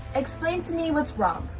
explain to me what's wrong.